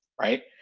right